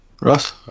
Ross